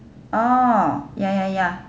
oh ya ya ya